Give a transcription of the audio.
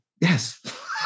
Yes